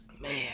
man